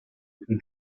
più